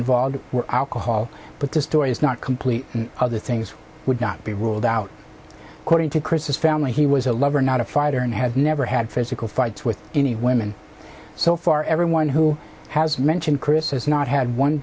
involved were alcohol but the story is not complete and other things would not be ruled out according to chris's family he was a lover not a fighter and i have never had physical fights with any women so far everyone who has mentioned chris has not had one